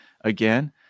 again